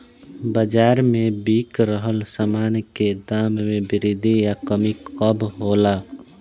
बाज़ार में बिक रहल सामान के दाम में वृद्धि या कमी कब होला?